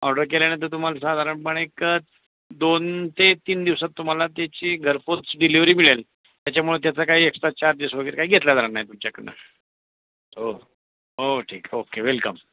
order केल्यानंतर तुम्हाला साधारणपणे एक दोन ते तीन दिवसात तुम्हाला त्याची घरपोच डिलिवर्ही मिळेल त्याच्यामुळ त्याचा काही एक्स्ट्रा चार्जेस वगैरे काही घेतला जाणार नाही तुमच्याकडनं हो हो ठीक ओके वेलकम